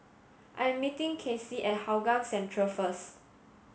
I meeting Cassie at Hougang Central first